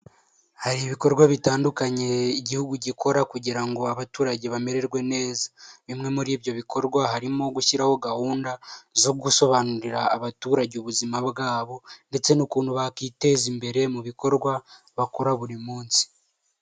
Hari ibikorwa bitandukanye igihugu gikora kugira ngo abaturage bamererwe neza, bimwe muri ibyo bikorwa harimo gushyiraho gahunda zo gusobanurira abaturage ubuzima bwabo ndetse n'ukuntu bakiteza imbere mu bikorwa bakora buri munsi.